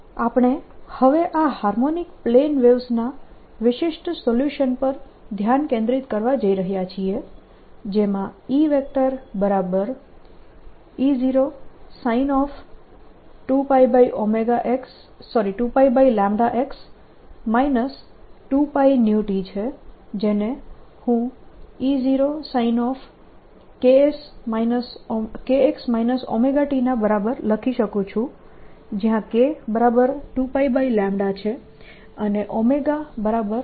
B 2B00∂t B∂t 2B002Bt2 આપણે હવે આ હાર્મોનિક પ્લેન વેવ્સ ના વિશિષ્ટ સોલ્યુશન પર ધ્યાન કેન્દ્રિત કરવા જઈ રહ્યા છીએ જેમાં E vector EE0sin 2πx 2πνt છે જેને હું E0sin kx ωt ના બરાબર લખી શકું છું જ્યાં k2π છે અને ω2πν છે